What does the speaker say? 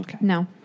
No